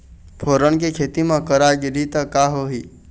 फोरन के खेती म करा गिरही त का होही?